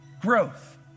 growth